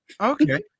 Okay